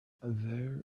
there